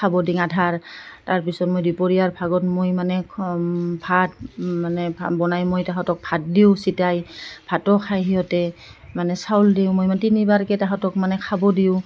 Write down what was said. খাব দিং আধাৰ তাৰপিছত মই দুপৰীয়াৰ ভাগত মই মানে ভাত মানে বনাই মই তাহঁতক ভাত দিওঁ চিটাই ভাতো খাই সিহঁতে মানে চাউল দিওঁ মই মানে তিনিবাৰকৈ তাহাঁঁতক মানে খাব দিওঁ